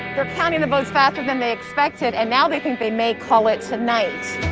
they're counting the votes faster than they expected. and now they think they may call it tonight.